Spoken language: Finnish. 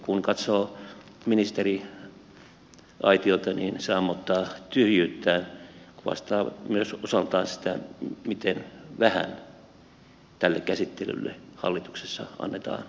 kun katsoo ministeriaitiota niin se ammottaa tyhjyyttään mikä kuvastaa myös osaltaan sitä miten vähän tälle käsittelylle hallituksessa on mitä